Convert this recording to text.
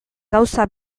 gauza